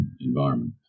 environment